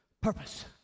purpose